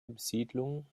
besiedlung